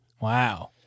Wow